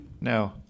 No